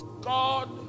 God